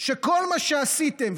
שכל מה שעשיתם,